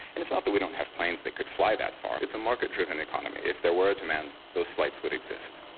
and it's not that we don't have planes that could fly that far, it's a market driven economy, if there were demands those flights would exist.